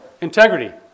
integrity